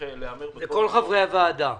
וכל חברי הוועדה.